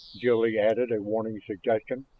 jil-lee added a warning suggestion.